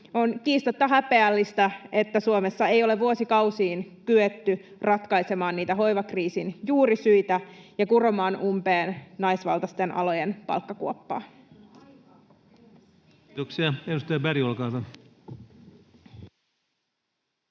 On kiistatta häpeällistä, että Suomessa ei ole vuosikausiin kyetty ratkaisemaan hoivakriisin juurisyitä ja kuromaan umpeen naisvaltaisten alojen palkkakuoppaa. [Arja Juvonen: